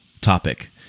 topic